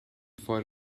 for